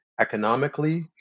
Economically